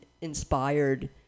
inspired